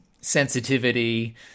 sensitivity